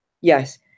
yes